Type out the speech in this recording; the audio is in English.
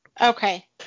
Okay